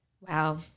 Wow